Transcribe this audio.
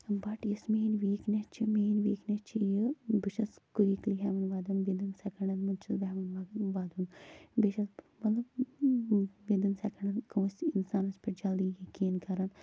بٹ یُس میٲنۍ ویٖکنیس چھِ میٲنۍ ویٖکنیس چھِ یہِ بہٕ چھَس کُیِککلی ہیوان ودُن وِداِن سیکنڈن منٛز چھَس بہٕ ہیوان وَدُن بیٚیہِ چھَس بہٕ مطلب وِداِن سیکنڈن کٲنسہِ اِنسانس پیٹھ جلدٕے یقیٖن کران